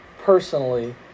personally